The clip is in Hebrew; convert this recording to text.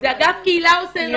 זה אגף קהילה עושה,